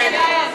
נתקבלה.